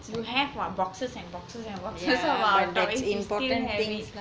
you have what boxes and boxes and boxes of our toys you still have it